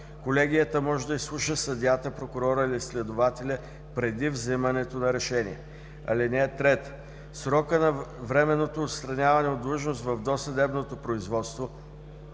Колегията може да изслуша съдията, прокурора или следователя преди вземането на решение. (3) Срокът на временното отстраняване от длъжност в досъдебното производство